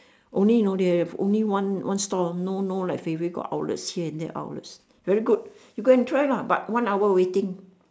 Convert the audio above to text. only you know they have only one one stall no no like fei-fei got outlets here and there outlets very good you go and try lah but one hour waiting